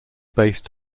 based